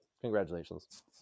congratulations